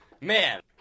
Man